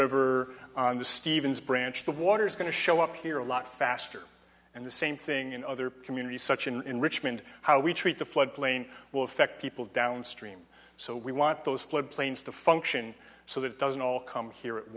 river on the stevens branch the water's going to show up here a lot faster and the same thing in other communities such in richmond how we treat the floodplain will affect people downstream so we want those flood plains to function so that doesn't all come here at